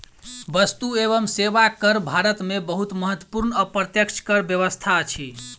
वस्तु एवं सेवा कर भारत में बहुत महत्वपूर्ण अप्रत्यक्ष कर व्यवस्था अछि